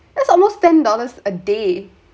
that's almost ten dollars a day